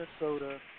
Minnesota